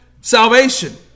salvation